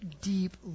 deep